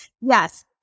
yes